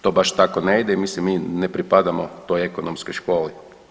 To baš tako ne ide i mislim mi ne pripadamo toj ekonomskoj školi.